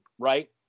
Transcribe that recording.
Right